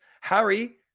Harry